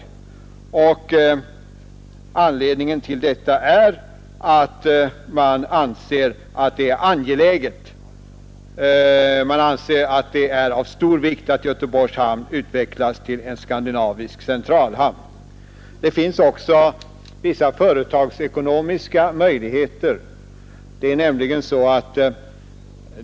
Anledningen till detta är att utskottet anser det vara av stor vikt att Göteborgs hamn utvecklas till en skandinavisk centralhamn. Det finns också vissa företagsekonomiska möjligheter.